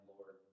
Lord